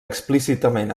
explícitament